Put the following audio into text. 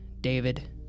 David